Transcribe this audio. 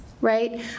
right